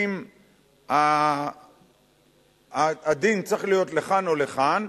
אם הדין צריך להיות לכאן או לכאן,